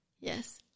yes